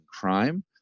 crime